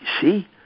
see